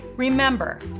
Remember